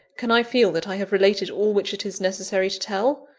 can i feel that i have related all which it is necessary to tell?